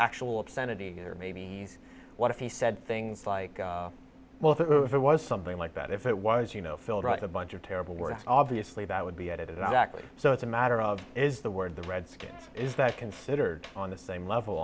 actual obscenity or maybe he's what if he said things like well if it was something like that if it was you know filled with a bunch of terrible words obviously that would be edited ackley so it's a matter of is the word the redskins is that considered on the same level